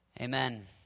Amen